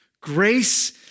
Grace